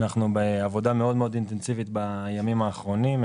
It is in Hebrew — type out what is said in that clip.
אנחנו בעבודה מאד מאד אינטנסיבית בימים האחרונים,